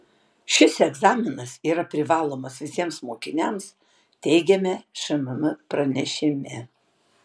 šis egzaminas yra privalomas visiems mokiniams teigiame šmm pranešime